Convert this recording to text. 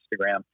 Instagram